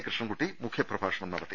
കൃഷ്ണൻകുട്ടി മുഖ്യപ്രഭാഷണം നടത്തി